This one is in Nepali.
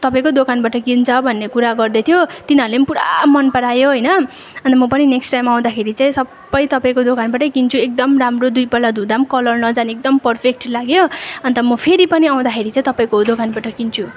तपाईँको दोकानबाट किन्छ भन्ने कुरा गर्दैथ्यो तिनीहरूले पनि पुरा मन परायो होइन अन्त म पनि नेक्स्ट टाइम आउँदाखेरि चाहिँ सबै तपाईँको दोकानबाट किन्छु एकदम राम्रो दुईपल्ट धुँदा पनि कलर नजाने एकदम पर्फेक्ट लाग्यो अन्त म फेरि पनि आउँदाखेरि चाहिँ तपाईँको दोकानबाड किन्छु